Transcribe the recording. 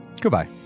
Goodbye